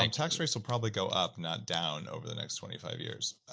like tax appraisal probably go up not down over the next twenty five years